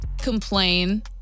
complain